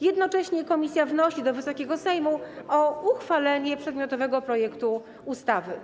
Jednocześnie komisja wnosi do Wysokiego Sejmu o uchwalenie przedmiotowego projektu ustawy.